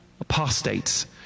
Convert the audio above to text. apostates